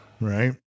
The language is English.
right